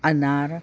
अनार